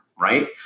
right